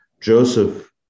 Joseph